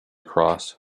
cross